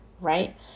right